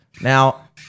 Now